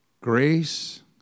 grace